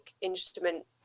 instrument